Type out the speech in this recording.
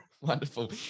Wonderful